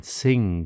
sing